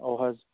او حظ